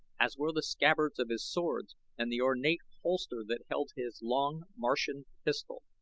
as were the scabbards of his swords and the ornate holster that held his long, martian pistol.